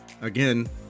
again